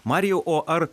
marijau o ar